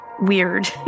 weird